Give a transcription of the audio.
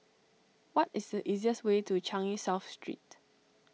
what is the easiest way to Changi South Street